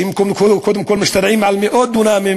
שהן קודם כול משתרעות על מאות דונמים,